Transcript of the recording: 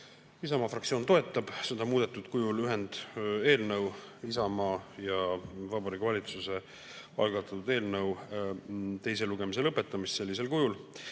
Isamaa fraktsioon toetab selle muudetud kujul ühendeelnõu, Isamaa ja Vabariigi Valitsuse algatatud eelnõu teise lugemise lõpetamist sellisel kujul.